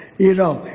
you know.